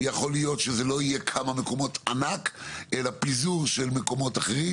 יכול להיות שזה לא יהיה כמה מקומות ענק אלא פיזור של מקומות אחרים,